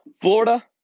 Florida